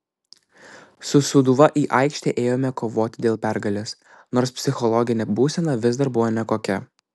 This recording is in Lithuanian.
su sūduva į aikštę ėjome kovoti dėl pergalės nors psichologinė būsena vis dar buvo nekokia